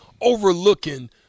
overlooking